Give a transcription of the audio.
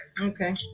Okay